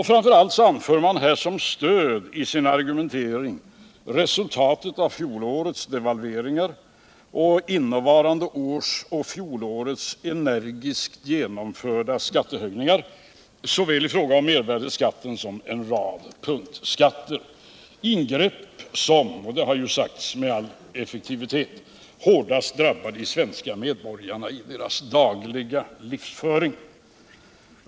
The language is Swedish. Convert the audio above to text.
Framför allt anför man här som stöd i sin argumentering resultatet av fjolårets devalveringar och innevarande års och fjolårets genomförda skattehöjningar i fråga om såväl mervärdeskatten som en rad punktskatter, ingrepp som — det har sagts med all önskvärd effektivitet — hårdast drabbar de svenska medborgarna i deras dagliga livsföring.